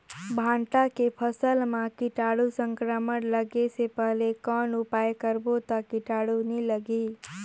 भांटा के फसल मां कीटाणु संक्रमण लगे से पहले कौन उपाय करबो ता कीटाणु नी लगही?